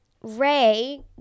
Ray